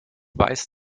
weiß